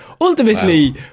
ultimately